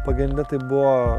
pagrinde tai buvo